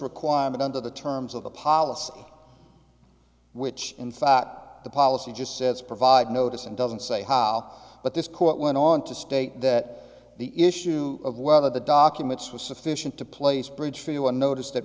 requirement under the terms of the policy which in fact the policy just sets provide notice and doesn't say how but this quote went on to state that the issue of whether the documents were sufficient to place bridge for you a notice that